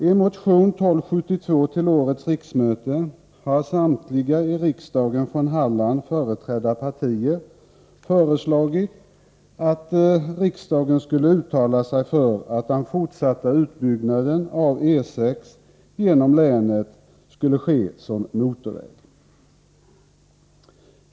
I motion 1272 till årets riksmöte har samtliga från Halland i riksdagen företrädda partier föreslagit att riksdagen skulle uttala sig för att den fortsatta utbyggnaden av E 6 genom länet sker i form av motorväg.